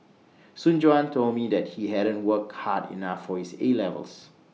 Soon Juan told me that he hadn't worked hard enough for his A levels